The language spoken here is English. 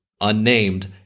unnamed